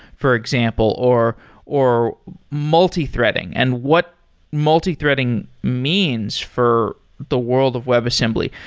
for example, or or multi-threading and what multi-threading means for the world of webassembly.